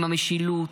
עם המשילות,